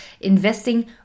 investing